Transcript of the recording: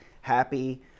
happy